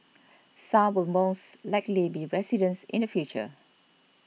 some were most likely be residents in the future